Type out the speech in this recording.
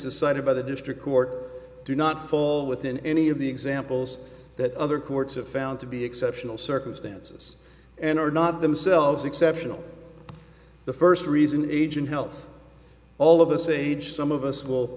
circumstances cited by the district court do not fall within any of the examples that other courts have found to be exceptional circumstances and are not themselves exceptional the first reason age and health all of us age some of us will